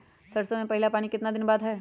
सरसों में पहला पानी कितने दिन बाद है?